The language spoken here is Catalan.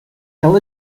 cal